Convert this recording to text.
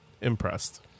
impressed